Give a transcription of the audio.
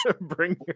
Bring